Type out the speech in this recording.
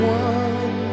one